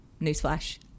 newsflash